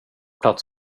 plats